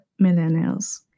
millennials